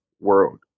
world